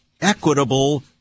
equitable